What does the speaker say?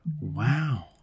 Wow